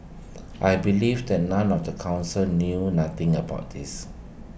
I believe that none of the Council knew nothing about this